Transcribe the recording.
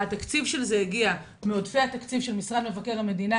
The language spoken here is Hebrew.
התקציב של זה הגיע מעודפי התקציב של משרד מבקר המדינה